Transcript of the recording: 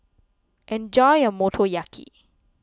enjoy your Motoyaki